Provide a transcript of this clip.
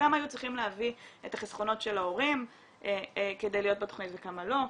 כמה היו צריכים להביא את החסכונות של ההורים כדי להיות בתכנית וכמה לא,